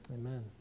Amen